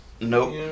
Nope